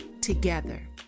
together